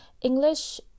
English